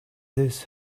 this